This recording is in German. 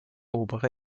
obere